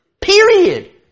Period